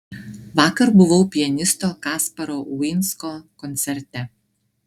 vakar buvau pianisto kasparo uinsko koncerte